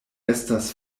estas